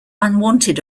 unwanted